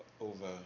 over